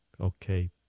Okay